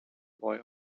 boy